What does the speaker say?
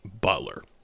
Butler